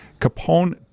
Capone